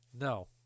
No